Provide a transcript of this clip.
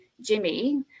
Jimmy